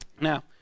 Now